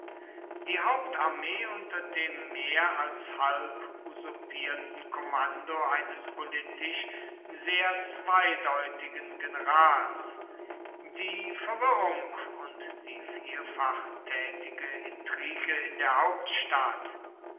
die hauptarmee unter dem mehr als halb usurpierten kommando eines politisch sehr zweideutigen generals die verwirrung und die vielfach tätige intrige in der hauptstadt